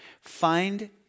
Find